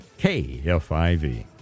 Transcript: KFIV